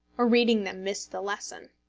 or reading them miss the lesson!